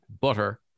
butter